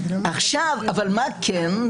אבל מה כן,